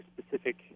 specific